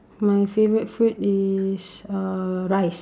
my favourite food is uh rice